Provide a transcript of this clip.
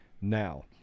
now